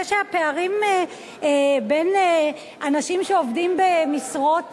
זה שהפערים בין אנשים שעובדים במשרות